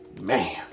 Man